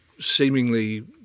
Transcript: seemingly